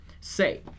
say